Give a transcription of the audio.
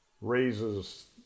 raises